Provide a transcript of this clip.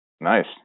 nice